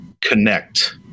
connect